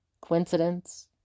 Coincidence